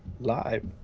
live